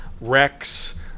Rex